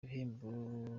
ibihembo